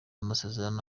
masezerano